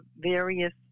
various